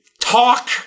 talk